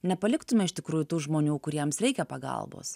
nepaliktume iš tikrųjų tų žmonių kuriems reikia pagalbos